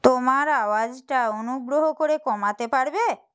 তোমার আওয়াজটা অনুগ্রহ করে কমাতে পারবে